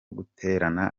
guterana